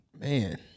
Man